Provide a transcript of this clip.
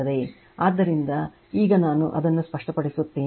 ಆದ್ದರಿಂದ ಈಗ ನಾನು ಅದನ್ನು ಸ್ಪಷ್ಟಪಡಿಸುತ್ತೇನೆ